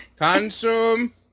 Consume